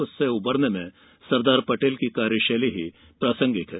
उससे उबरने में सरदार पटेले की कार्यशैली ही प्रासंगिक है